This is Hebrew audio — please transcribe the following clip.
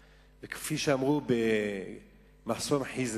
אזורים יוכלו להגיע באמצעים של החלטות שכבר